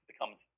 becomes